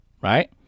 right